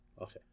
Okay